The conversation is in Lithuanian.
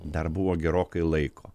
dar buvo gerokai laiko